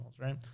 right